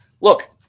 Look